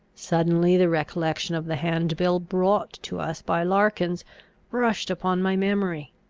suddenly the recollection of the hand-bill brought to us by larkins rushed upon my memory.